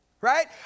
right